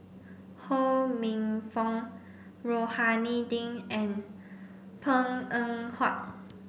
Ho Minfong Rohani Din and Png Eng Huat